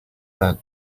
that